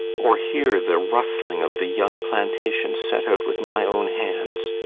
or hear the rustling of the young plantations set out with my own hands,